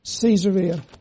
Caesarea